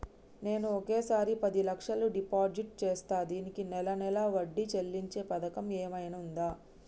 నేను ఒకేసారి పది లక్షలు డిపాజిట్ చేస్తా దీనికి నెల నెల వడ్డీ చెల్లించే పథకం ఏమైనుందా?